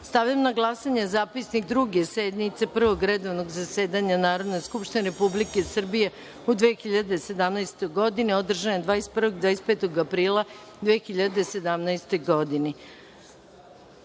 na glasanje zapisnik Druge sednice Prvog redovnog zasedanja Narodne skupštine Republike Srbije u 2017. godini, održane 21. i 25. aprila 2017. godine. Molim